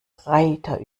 reiter